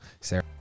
Sarah